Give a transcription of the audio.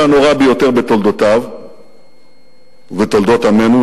הנורא ביותר בתולדותיו ובתולדות עמנו,